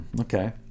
okay